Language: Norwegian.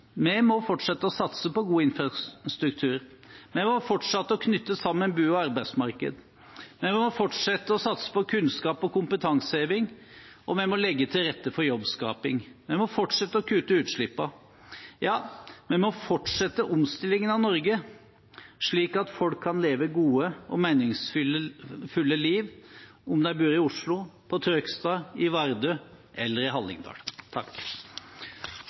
Vi må fortsette å satse på god infrastruktur, vi må fortsette å knytte sammen bo- og arbeidsmarked, vi må fortsette å satse på kunnskap og kompetanseheving, og vi må legge til rette for jobbskaping. Vi må fortsette å kutte utslippene. Ja, vi må fortsette omstillingen av Norge, slik at folk kan leve gode og meningsfulle liv enten de bor i Oslo, i Trøgstad, i Vardø eller i Hallingdal.